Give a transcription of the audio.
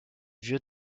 vieux